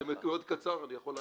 זה מאוד קצר, אני יכול להקריא.